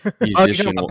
Musician